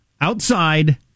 Outside